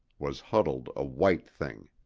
was huddled a white thing.